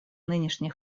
нынешний